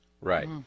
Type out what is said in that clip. Right